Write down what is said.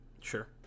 Sure